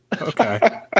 Okay